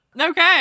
Okay